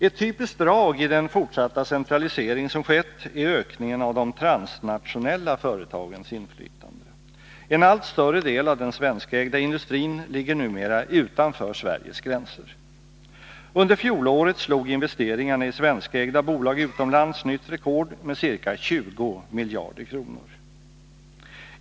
Ett typiskt drag i den fortsatta centralisering som skett är ökningen av de transnationella företagens inflytande. En allt större del av den svenskägda industrin ligger numera utanför Sveriges gränser. Under fjolåret slog investeringarna i svenskägda bolag utomlands nytt rekord med ca 20 miljarder kronor.